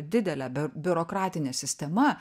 didele biurokratine sistema